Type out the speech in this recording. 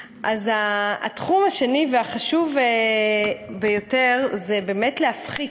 התחום השני והחשוב ביותר זה באמת להפחית.